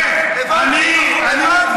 יפה, הבנתי.